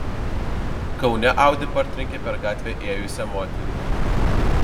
kaune audi partrenkė per gatvę ėjusią moterį